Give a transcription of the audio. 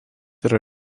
yra